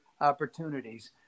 opportunities